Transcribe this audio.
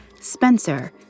Spencer